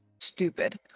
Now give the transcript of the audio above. stupid